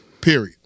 Period